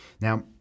Now